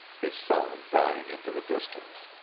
his song dying into the distance.